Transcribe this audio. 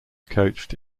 coached